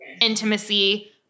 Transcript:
intimacy